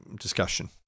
discussion